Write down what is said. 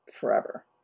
forever